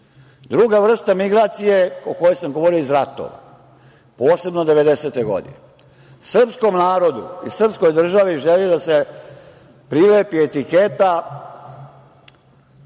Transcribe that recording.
vrsta migracije o kojoj sam govorio iz ratova, posebno devedesete godine, srpskom narodu i srpskoj državi želi da se prilepi etiketa